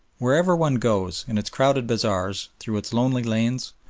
wherever one goes, in its crowded bazaars, through its lonely lanes,